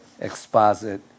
exposit